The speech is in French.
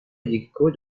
médicaux